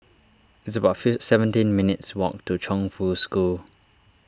it's about seventeen minutes' walk to Chongfu School